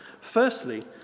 Firstly